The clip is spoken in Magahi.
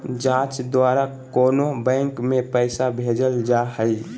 जाँच द्वारा कोनो बैंक में पैसा भेजल जा हइ